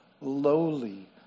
lowly